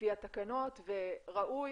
לפי התקנות וראוי